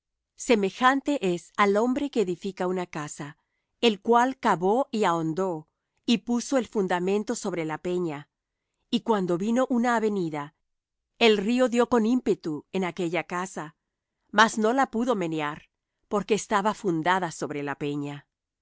semejante es al hombre que edifica una casa el cual cavó y ahondó y puso el fundamento sobre la peña y cuando vino una avenida el río dió con ímpetu en aquella casa mas no la pudo menear porque estaba fundada sobre la peña